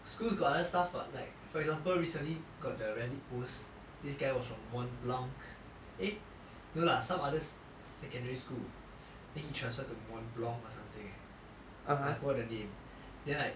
schools got other stuff [what] like for example recently got the reddit post this guy was from mont blanc eh no lah some other secondary school then he transferred to mont blanc or something eh I forgot the name then like